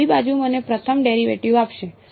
ડાબી બાજુ મને પ્રથમ ડેરિવેટિવ આપશે